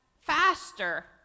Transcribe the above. faster